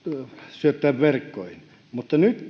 syöttää verkkoihin mutta nyt